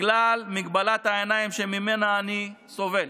בגלל מגבלת העיניים שממנה אני סובל.